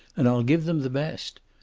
and i'll give them the best.